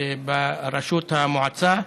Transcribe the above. בראשות המועצה.